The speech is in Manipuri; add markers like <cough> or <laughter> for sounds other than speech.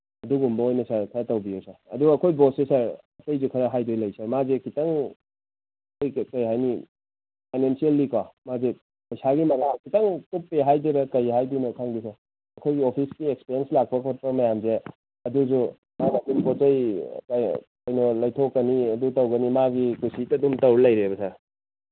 ꯑꯗꯨꯒꯨꯝꯕ ꯑꯣꯏꯅ ꯁꯥꯔ ꯈꯔ ꯇꯧꯕꯤꯌꯨ ꯁꯥꯔ ꯑꯗꯨꯒ ꯑꯩꯈꯣꯏ ꯕꯣꯁꯁꯦ ꯁꯥꯔ ꯑꯇꯩꯁꯨ ꯈꯔ ꯍꯥꯏꯗꯧ ꯂꯩ ꯁꯥꯔ ꯃꯥꯁꯦ ꯈꯤꯇꯪ ꯑꯩꯈꯣꯏ ꯀꯩ ꯍꯥꯏꯅꯤ ꯐꯥꯏꯅꯦꯟꯁꯦꯜꯂꯤ ꯀꯣ ꯃꯥꯁꯦ ꯄꯩꯁꯥꯒꯤ ꯃꯉꯥꯜ ꯈꯤꯇꯪ ꯀꯨꯞꯄꯦ ꯍꯥꯏꯗꯣꯏꯔꯥ ꯀꯩ ꯍꯥꯏꯗꯣꯏꯅꯣ ꯈꯪꯗꯦ ꯁꯥꯔ ꯑꯩꯈꯣꯏꯒꯤ ꯑꯣꯐꯤꯁꯀꯤ ꯑꯦꯛꯁꯄꯦꯟꯁ ꯂꯥꯛꯄ ꯈꯣꯠꯄ ꯃꯌꯥꯝꯁꯦ ꯑꯗꯨꯁꯨ ꯃꯥ ꯃꯇꯨꯒꯤ ꯄꯣꯠ ꯆꯩ <unintelligible> ꯂꯩꯊꯣꯛꯀꯅꯤ ꯑꯗꯨ ꯇꯧꯒꯅꯤ ꯃꯥꯒꯤ ꯀꯨꯁꯤꯗ ꯑꯗꯨꯝ ꯇꯧ ꯂꯩꯔꯦꯕ ꯁꯥꯔ